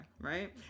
right